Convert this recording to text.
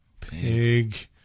Pig